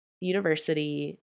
university